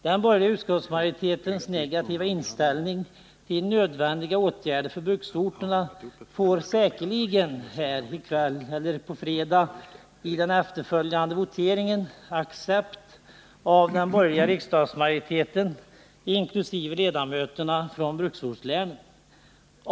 Den borgerliga utskottsmajoritetens negativa inställning till nödvändiga åtgärder för bruksorterna får säkerligen i den efterföljande voteringen i kväll eller i morgon accept av den borgerliga riksdagsmajoriteten, inkl. ledamöterna från bruksortslänen.